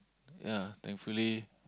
ya thankfully